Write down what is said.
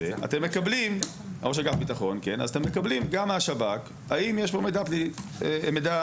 אז אתם מקבלים גם מהשב"כ האם יש פה מידע ביטחוני.